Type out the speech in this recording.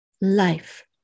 life